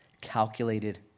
calculated